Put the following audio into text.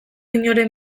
inoren